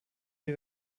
wie